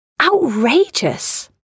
Outrageous